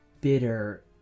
bitter